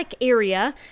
area